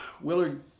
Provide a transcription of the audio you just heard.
Willard